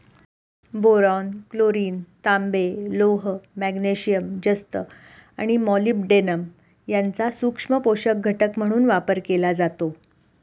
boron, chlorine, तांबे, लोह, magnesium, जस्त आणि मॉलिब्डेनम यांचा सूक्ष्म पोषक घटक म्हणून वापर केला जातो